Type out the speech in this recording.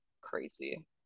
Crazy